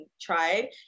tried